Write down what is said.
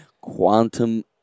Quantum